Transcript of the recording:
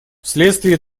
вследствие